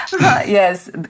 Yes